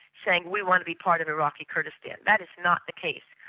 saying we want to be part of iraqi kurdistan. that is not the case.